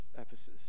Ephesus